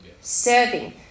Serving